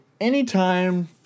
anytime